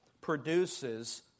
produces